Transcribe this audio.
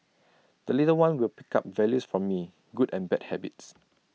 the little one will pick up values from me good and bad habits